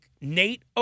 Nate